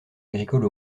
agricoles